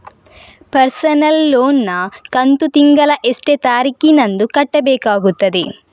Personal loan ನ ಕಂತು ತಿಂಗಳ ಎಷ್ಟೇ ತಾರೀಕಿನಂದು ಕಟ್ಟಬೇಕಾಗುತ್ತದೆ?